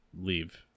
leave